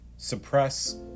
suppress